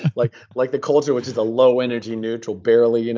like like the culture which is the low, energy-neutral barely. you know